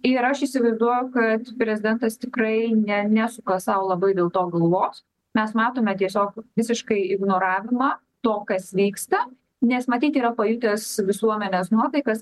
ir aš įsivaizduoju kad prezidentas tikrai ne nesuka sau labai dėl to galvos mes matome tiesiog visiškai ignoravimą to kas vyksta nes matyt yra pajutęs visuomenės nuotaikas